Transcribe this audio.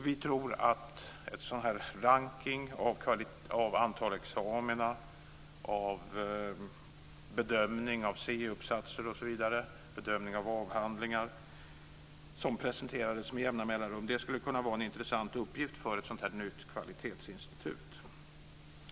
Vi tror att en rankning av antalet examina, av bedömning av C-uppsatser, av bedömning av avhandlingar som presenteras med jämna mellanrum skulle kunna vara en intressant uppgift för ett nytt kvalitetsinstitut.